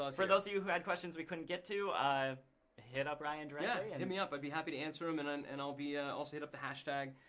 ah for those of you who had questions we couldn't get to, hit up ryan directly. yeah and hit me up. i'd be happy to answer em and and and i'll be, yeah also hit up the hashtag,